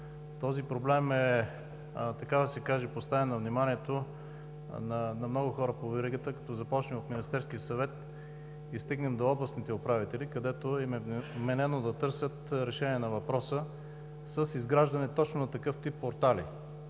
Този проблем е поставен на вниманието на много хора по веригата, като започнем от Министерския съвет и стигнем до областните управители, на които е вменено да търсят решение на въпроса с изграждане точно на такъв тип портали,